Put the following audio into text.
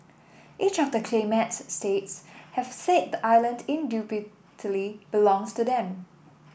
each of the claimant states have said the island indubitably belongs to them